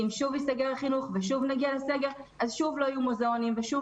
כי אם שוב ייסגר החינוך ושוב נגיע לסגר אז שוב לא יהיו מוזיאונים ושוב